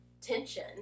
tension